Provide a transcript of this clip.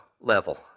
level